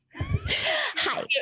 Hi